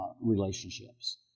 relationships